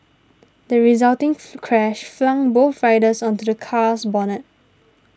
the resulting crash flung both riders onto the car's bonnet